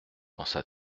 pensa